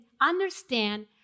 understand